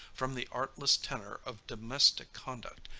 from the artless tenor of domestic conduct,